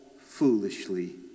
foolishly